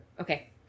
Okay